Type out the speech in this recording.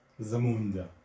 zamunda